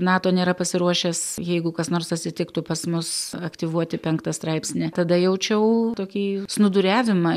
nato nėra pasiruošęs jeigu kas nors atsitiktų pas mus aktyvuoti penktą straipsnį tada jaučiau tokį snūduriavimą